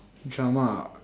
drama